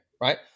right